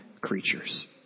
creatures